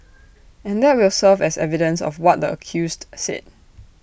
and that will serve as evidence of what the accused said